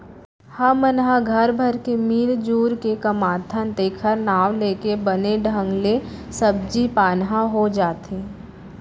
हमन ह घर भर के मिरजुर के कमाथन तेखर नांव लेके बने ढंग ले सब्जी पान ह हो जाथे